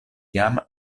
jam